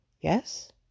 yes